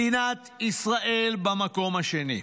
מדינת ישראל במקום השני.